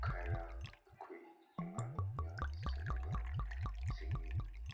ꯈꯔ ꯑꯩꯈꯣꯏ ꯑꯉꯥꯡꯅ ꯁꯥꯟꯅꯕꯁꯤꯡꯅꯤ